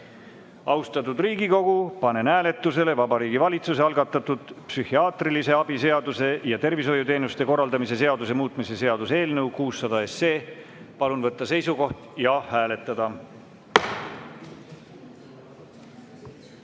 Aitäh! Austatud Riigikogu, panen hääletusele Vabariigi Valitsuse algatatud psühhiaatrilise abi seaduse ja tervishoiuteenuste korraldamise seaduse muutmise seaduse eelnõu 600. Palun võtta seisukoht ja hääletada!